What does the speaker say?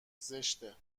زشته